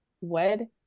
wed